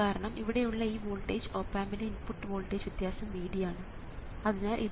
കാരണം ഇവിടെയുള്ള ഈ വോൾട്ടേജ് ഓപ് ആമ്പിൻറെ ഇൻപുട്ട് വോൾട്ടേജ് വ്യത്യാസം Vd ആണ് അതിനാൽ ഇത് A0×VTEST3 ആണ്